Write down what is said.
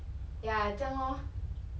唉哪里可以这样